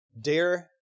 dare